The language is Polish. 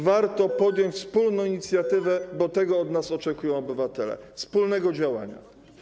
Warto podjąć wspólną inicjatywę, bo tego od nas oczekują obywatele - wspólnego działania.